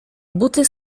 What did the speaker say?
buty